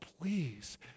please